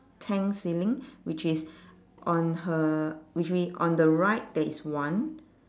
tent ceiling which is on her which we on the right there is one